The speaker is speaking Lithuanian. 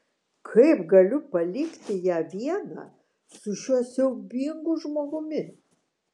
kaip galiu palikti ją vieną su šiuo siaubingu žmogumi